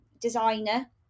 designer